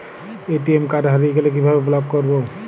ATM card হারিয়ে গেলে কিভাবে ব্লক করবো?